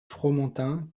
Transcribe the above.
fromantin